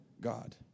God